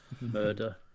Murder